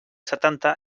setanta